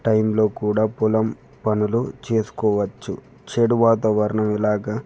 టైంలో కూడా పొలం పనులు చేసుకోవచ్చు చెడు వాతావరణం ఇలాగా